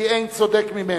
כי אין צודק ממנו.